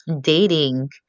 dating